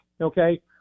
okay